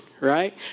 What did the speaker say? right